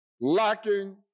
lacking